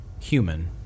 human